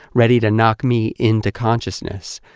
ready to knock me into consciousness,